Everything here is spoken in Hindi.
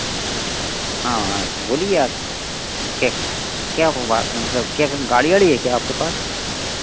हाँ हाँ बोलिए आप क्या क्या हुआ मतलब क्या गाड़ी आड़ी है क्या आपके पास